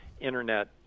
Internet